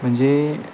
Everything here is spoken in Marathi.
म्हणजे